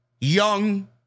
young